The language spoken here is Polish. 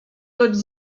lecz